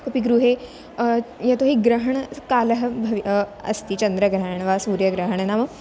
कोऽपि गृहे यतो हि ग्रहणकालः भवति अस्ति चन्द्रग्रहणं वा सूर्यग्रहणं नाम